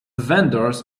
vendors